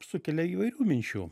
sukelia įvairių minčių